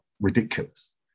ridiculous